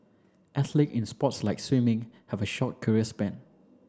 athlete in sports like swimming have a short career span